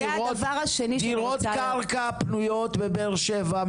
דירות קרקע פנויות בבאר שבע,